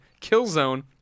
Killzone